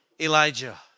Elijah